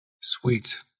Sweet